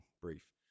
brief